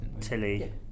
Tilly